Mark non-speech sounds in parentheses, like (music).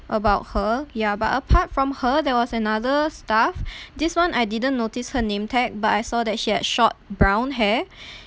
about her ya but apart from her there was another staff (breath) this [one] I didn't notice her name tag but I saw that she had short brown hair (breath)